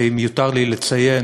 שאם יותר לי לציין,